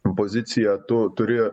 pozicija tu turi